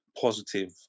positive